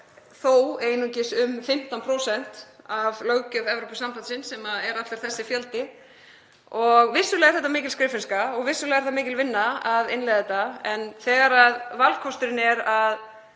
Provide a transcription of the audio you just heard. þó einungis um 15% af löggjöf Evrópusambandsins sem er allur þessi fjöldi. Vissulega er þetta mikil skriffinnska og vissulega er mikil vinna að innleiða þetta. En þegar valkosturinn er að